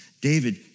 David